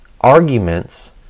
arguments